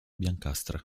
biancastre